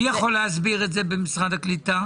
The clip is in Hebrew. מי יכול להסביר את זה במשרד הקליטה?